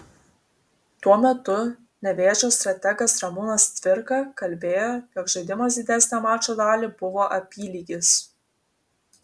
tuo metu nevėžio strategas ramūnas cvirka kalbėjo jog žaidimas didesnę mačo dalį buvo apylygis